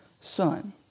Son